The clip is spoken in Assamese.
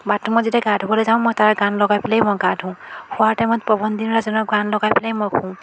বাথৰুমত যেতিয়া গা ধুবলৈ যাওঁ মই তাৰে গান লগাই পেলাই মই গান ধুওঁ শোৱাৰ টাইমত পৱনদ্বীপ ৰাজনৰ গান লগাই পেলাই মই শোওঁ